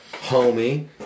homie